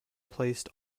placed